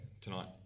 tonight